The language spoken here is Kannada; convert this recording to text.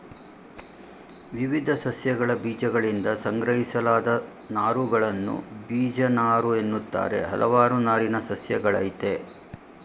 ವಿವಿಧ ಸಸ್ಯಗಳಬೀಜಗಳಿಂದ ಸಂಗ್ರಹಿಸಲಾದ ನಾರುಗಳನ್ನು ಬೀಜನಾರುಎನ್ನುತ್ತಾರೆ ಹಲವಾರು ನಾರಿನ ಸಸ್ಯಗಳಯ್ತೆ